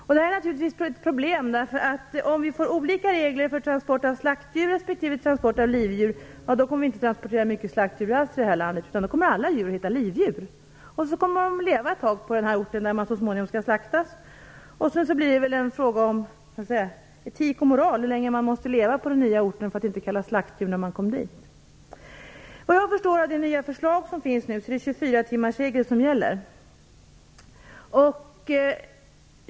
Detta är naturligtvis ett problem, därför att om vi får olika regler för transport av slaktdjur respektive transport av livdjur kommer vi inte att transportera mycket slaktdjur alls i det här landet, utan då kommer alla djur att heta livdjur. De kommer att leva en tid på den ort där de så småningom skall slaktas. Det blir väl en fråga om etik och moral hur länge djuren måste leva på den nya orten för att inte kallas slaktdjur när de kommer dit. Såvitt jag förstår av det nya förslag som har lagts fram är det 24-timmarsregeln som gäller.